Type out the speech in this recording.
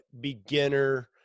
beginner